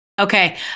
Okay